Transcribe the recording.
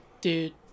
Dude